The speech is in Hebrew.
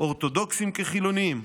אורתודוקסים כחילונים,